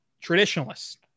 Traditionalists